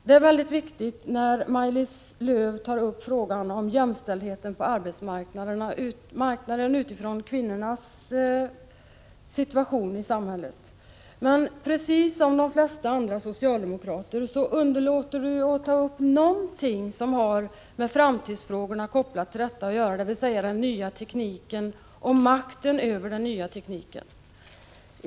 Maj-Lis Lööw tar upp frågan om jämställdheten på arbetsmarknaden utifrån kvinnans situation i samhället, och det är viktigt, men precis som de allra flesta socialdemokrater underlåter hon att ta upp någonting som har med framtidsfrågorna att göra, dvs. den nya tekniken och makten över den nya tekniken.